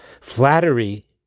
Flattery